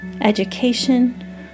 education